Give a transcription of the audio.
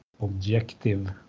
objective